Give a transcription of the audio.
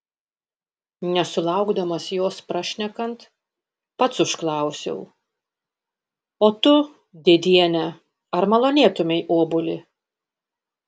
nesulaukdamas jos prašnekant pats užklausiau o tu dėdiene ar malonėtumei obuolį